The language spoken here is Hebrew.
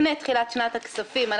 לפני תחילת שנת הכספים,